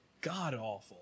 god-awful